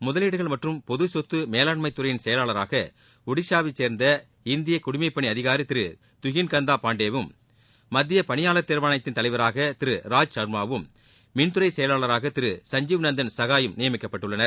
முதலீடுகள் மற்றும் பொதுசொத்து மேலாண்மைத் துறையின் செயலாளராக ஒடிசாவை சேர்ந்த இந்திய குடிமைப்பணி அதிகாரி திரு துகின் கந்தா பாண்டேவும் மத்திய பணியாளர் தேர்வாணையத்தின் தலைவராக திரு ராஜ்சர்மாவும் மின்துறை செயலாளராக திரு சஞ்சீவ் நந்தன் சகாய் யும் நியமிக்கப்பட்டுள்ளனர்